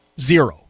Zero